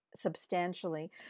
substantially